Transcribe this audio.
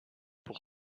pour